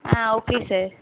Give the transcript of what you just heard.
ah okay sir